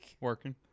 Working